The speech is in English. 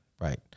Right